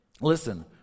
Listen